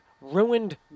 ruined